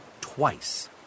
twice